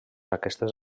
aquestes